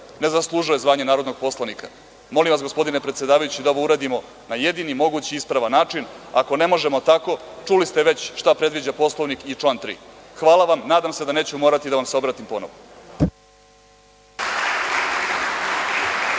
ne zaslužuje zvanje narodnog poslanika. Molim vas, gospodine predsedavajući, da ovo uradimo na jedini mogući ispravan način. Ako ne možemo tako, čuli ste već šta predviđa Poslovnik i član 3. Hvala vam. Nadam se da neću morati da vam se obratim ponovo.